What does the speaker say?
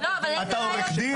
אתה עורך דין?